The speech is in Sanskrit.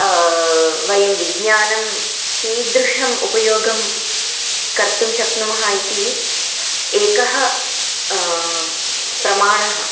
वयं विज्ञानं कीदृशम् उपयोगं कर्तुं शक्नुमः इति एकः प्रमाणम्